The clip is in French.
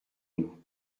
nous